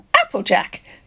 Applejack